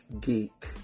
geek